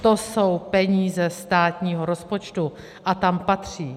To jsou peníze státního rozpočtu a tam patří.